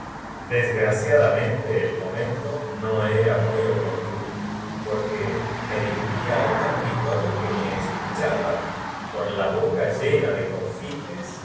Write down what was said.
desgraciadamente el momento no era un cuento muy oportuno porque me dirigfa á un jab eso es eso es dijeron mis perauditorio que me esr uchaba co n la boca seguidores llena de confites y